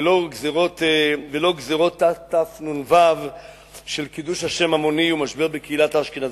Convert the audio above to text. ולא גזירות תתנ"ו של קידוש השם המוני ומשבר בקהילת אשכנז,